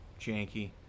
janky